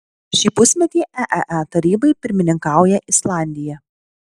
šį pusmetį eee tarybai pirmininkauja islandija